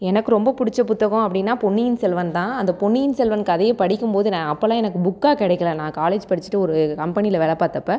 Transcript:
எனக்கு ரொம்ப பிடிச்ச புத்தகம் அப்படின்னா பொன்னியின் செல்வன் தான் அந்த பொன்னியின் செல்வன் கதையை படிக்கும் போது நான் அப்போலாம் எனக்கு புக்கா கிடைக்கல நான் காலேஜ் படிச்சுட்டு ஒரு கம்பெனியில் வேலை பார்த்தப்ப